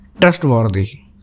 trustworthy